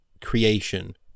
creation